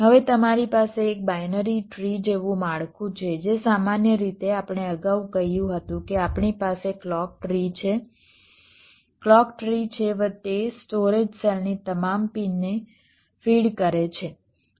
હવે તમારી પાસે એક બાઈનરી ટ્રી જેવું માળખું છે જે સામાન્ય રીતે આપણે અગાઉ કહ્યું હતું કે આપણી પાસે ક્લૉક ટ્રી છે ક્લૉક ટ્રી છેવટે સ્ટોરેજ સેલ ની તમામ પિનને ફીડ કરે છે